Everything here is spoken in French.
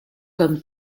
comme